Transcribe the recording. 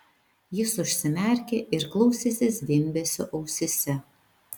jis užsimerkė ir klausėsi zvimbesio ausyse